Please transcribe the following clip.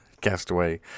castaway